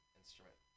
instrument